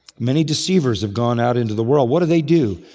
many deceivers have gone out into the world. what do they do?